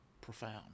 profound